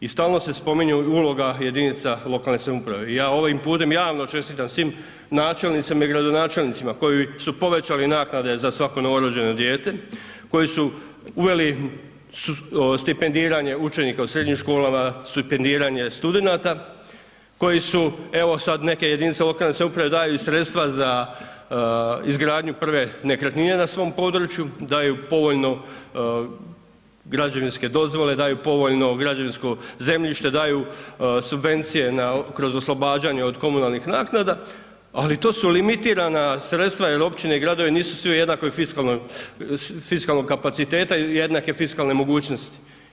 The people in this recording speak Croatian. I stalno se spominju uloga jedinica lokalne samouprave i ja ovim putem javno čestitam svim načelnicima i gradonačelnicima koji su povećali naknade za svako novorođeno dijete, koji su uveli stipendiranje učenika u srednjim školama, stipendiranje studenata koji su evo sad neke jedinice lokalne samouprave daju i sredstva za izgradnju prve nekretnine na svom području, daju povoljno građevinske dozvole, daju povoljno građevinsko zemljište, daju subvencije kroz oslobađanje od komunalnih naknada ali to su limitirana sredstva jer općine i gradovi nisu svi u jednakog fiskalnog kapaciteta i jednake fiskalne mogućnosti.